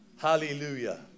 Hallelujah